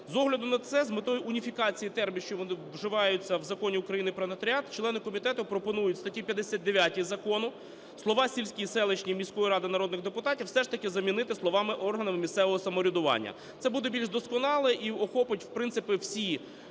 З огляду на це з метою уніфікації термінів, що вживаються в Законі України "Про нотаріат", члени комітету пропонують в статті 159 закону слова "сільські, селищні, міської Ради народних депутатів" все ж таки замінити словами "органами місцевого самоврядування". Це буде більш досконало і охопить, в